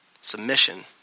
Submission